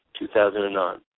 2009